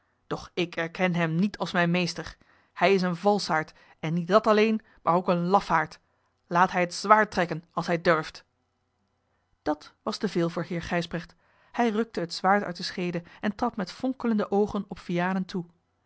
doch ik erken hem niet als mijn meester hij is een valschaard en niet dat alleen maar ook een lafaard laat hij het zwaard trekken als hij durft dat was te veel voor heer gijsbrecht hij rukte het zwaard uit de scheede en trad met fonkelende oogen op vianen toe